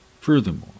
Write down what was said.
Furthermore